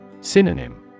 Synonym